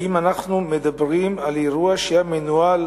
האם אנחנו מדברים על אירוע שהיה מנוהל